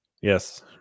Yes